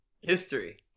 History